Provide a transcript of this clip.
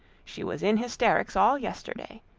she was in hysterics all yesterday.